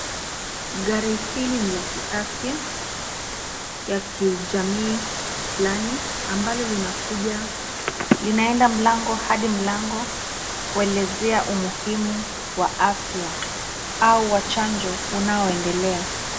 Gari hili ni la kiafya ya kiujamii fulani ambalo linakuja, linaenda mlango hadi mlango kuelezea umuhimu wa afya au wa chanjo unaoendelea.